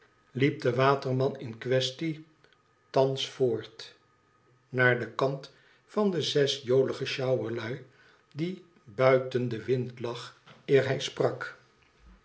liep de waterman in quiaestie thans voort naar den kant van de zes jolige sjouwerlui die buiten den wind lag eer hij sprak